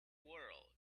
world